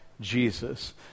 Jesus